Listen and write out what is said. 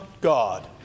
God